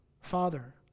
Father